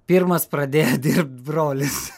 pirmas pradėjo dirbt brolis